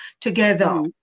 together